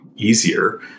easier